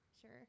Sure